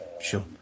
sure